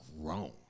grown